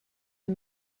est